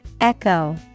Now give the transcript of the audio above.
Echo